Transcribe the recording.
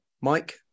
Mike